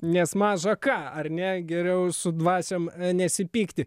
nes maža ką ar ne geriau su dvasiom nesipykti